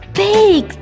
big